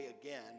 again